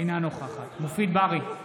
אינה נוכחת מופיד מרעי,